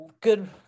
good